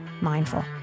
Mindful